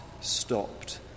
stopped